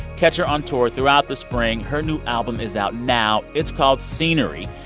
catch her on tour throughout the spring. her new album is out now. it's called scenery.